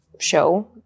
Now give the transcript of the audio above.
show